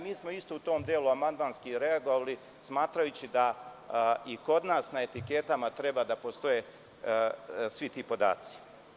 Mi smo isto u tom delu amandmanski reagovali, smatrajući da i kod nas na etiketama treba da postoje svi ti podaci.